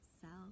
self